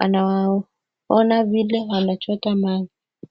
anaona vile wanachota maji.